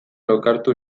lokartu